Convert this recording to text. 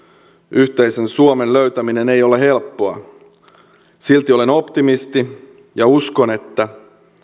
yhteisen suomen löytäminen ei ole helppoa silti olen optimisti ja uskon että